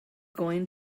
going